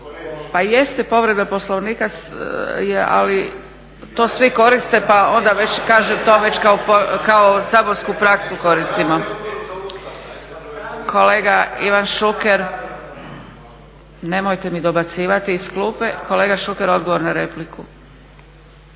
Pa jeste povreda Poslovnika je, ali to svi koriste pa onda već kažem to kao saborsku praksu koristimo. Kolega Ivan Šuker, nemojte mi dobacivati iz klube, kolega Šuker odgovor na repliku.